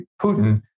Putin